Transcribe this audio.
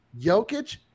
Jokic